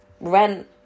rent